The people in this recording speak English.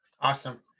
Awesome